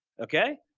okay,